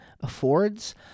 affords